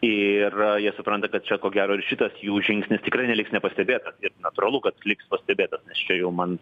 ir jie supranta kad čia ko gero ir šitas jų žingsnis tikrai neliks nepastebėtas ir natūralu kad liks pastebėtas nes čia jau man